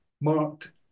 marked